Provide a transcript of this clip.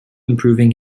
improving